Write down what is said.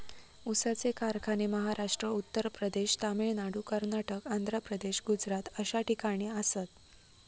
ऊसाचे कारखाने महाराष्ट्र, उत्तर प्रदेश, तामिळनाडू, कर्नाटक, आंध्र प्रदेश, गुजरात अश्या ठिकाणावर आसात